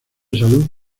salud